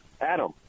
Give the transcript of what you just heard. Adam